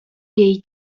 jej